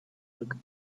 looked